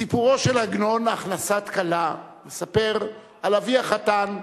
סיפורו של עגנון "הכנסת כלה" מספר על אבי החתן,